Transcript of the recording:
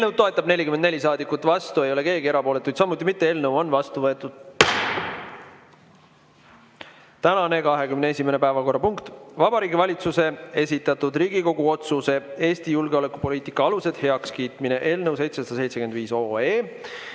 Eelnõu toetab 44 saadikut, vastu ei ole keegi, erapooletuid samuti ei ole. Eelnõu on seadusena vastu võetud. Tänane 21. päevakorrapunkt on Vabariigi Valitsuse esitatud Riigikogu otsuse ""Eesti julgeolekupoliitika alused" heakskiitmine" eelnõu 775